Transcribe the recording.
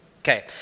Okay